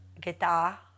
guitar